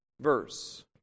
verse